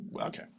Okay